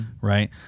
Right